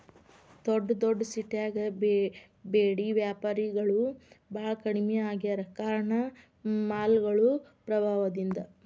ದೊಡ್ಡದೊಡ್ಡ ಸಿಟ್ಯಾಗ ಬೇಡಿ ವ್ಯಾಪಾರಿಗಳು ಬಾಳ ಕಡ್ಮಿ ಆಗ್ಯಾರ ಕಾರಣ ಮಾಲ್ಗಳು ಪ್ರಭಾವದಿಂದ